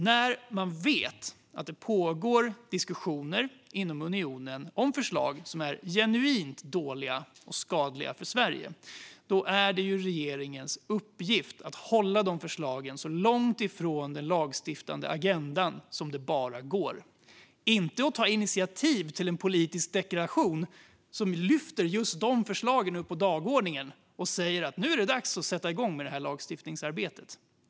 När man vet att det pågår diskussioner inom unionen om förslag som är genuint dåliga och skadliga för Sverige är det regeringens uppgift att hålla de förslagen så långt ifrån den lagstiftande agendan som det bara går. Den ska inte ta initiativ till en politisk deklaration som lyfter upp just de förslagen på dagordning och säger: Nu är det dags att sätta igång med lagstiftningsarbetet.